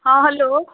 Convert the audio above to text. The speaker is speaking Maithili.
हॅं हेलो